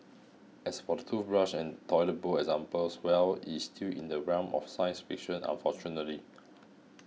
as for the toothbrush and toilet bowl examples well it's still in the realm of science fiction unfortunately